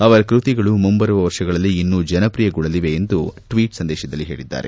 ಅವರ ಕೃತಿಗಳು ಮುಂಬರುವ ವರ್ಷಗಳಲ್ಲಿ ಇನ್ನೂ ಜನಪ್ರಿಯಗೊಳ್ಳಲಿವೆ ಎಂದು ಟ್ವೀಟ್ ಸಂದೇಶದಲ್ಲಿ ಹೇಳಿದ್ದಾರೆ